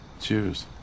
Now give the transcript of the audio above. Cheers